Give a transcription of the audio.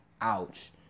Ouch